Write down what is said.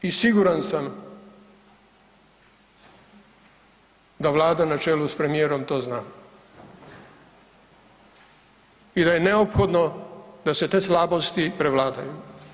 I siguran sam da vlada na čelu s premijerom to zna i da je neophodno da se te slabosti prevladaju.